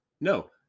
no